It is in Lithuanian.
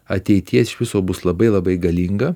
ateityje iš viso bus labai labai galinga